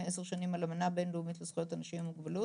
עשר שנים על אמנה בינלאומית לזכויות אנשים עם מוגבלות.